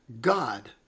God